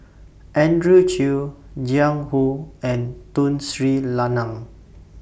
Andrew Chew Jiang Hu and Tun Sri Lanang